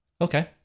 Okay